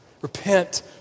Repent